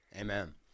Amen